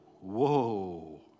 whoa